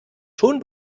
schon